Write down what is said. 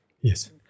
Yes